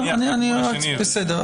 בסדר.